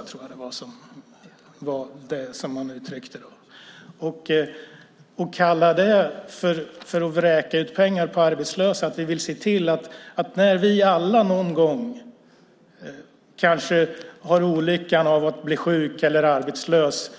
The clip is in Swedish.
Jag tror att det var så han uttryckte det. Vi vill se till att det är rimligt att alla vi som någon gång har olyckan att bli sjuka eller arbetslösa